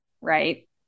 Right